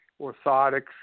orthotics